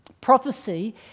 Prophecy